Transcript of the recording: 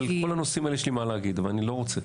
על כל הנושאים האלה יש לי מה להגיד אבל אני לא רוצה.